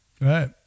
right